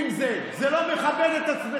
חבר הכנסת אזולאי, שב.